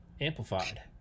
amplified